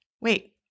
wait